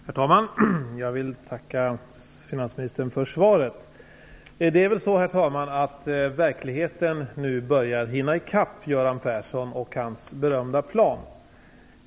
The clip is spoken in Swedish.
Herr talman! Jag vill tacka finansministern för svaret. Det är väl så, herr talman, att verkligheten nu börjar hinna i kapp Göran Persson och hans berömda plan.